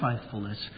faithfulness